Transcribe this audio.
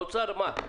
מה עם האוצר?